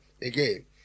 again